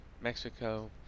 Mexico